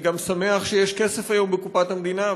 אני גם שמח שיש היום כסף בקופת המדינה,